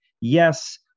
yes